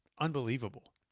unbelievable